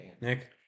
Nick